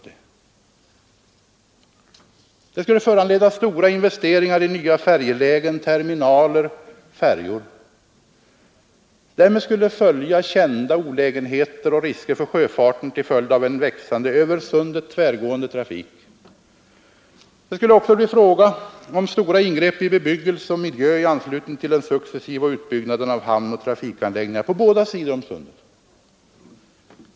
Detta skulle föranleda stora investeringar i nya färjelägen, terminaler och färjor. Därmed skulle följa kända olägenheter och risker för sjöfarten till följd av en växande, över sundet tvärgående trafik. Det skulle också bli fråga om stora ingrepp i bebyggelse och miljö i anslutning till den successiva utbyggnaden av hamnoch trafikanläggningar på båda sidor om sundet.